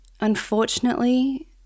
Unfortunately